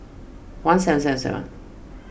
one seven seven seven